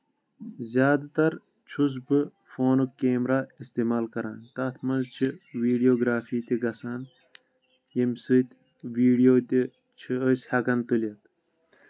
زیادٕ تر چھُس بہٕ فونُک کیمرا اِستعمال کران تَتھ منٛز چھِ ویٖڈیوگرافی تہِ گژھان ییٚمہِ سۭتۍ ویٖڈیو تہِ چھِ أسۍ ہٮ۪کان تُلِتھ